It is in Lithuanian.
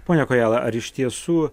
pone kojala ar iš tiesų